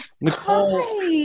Nicole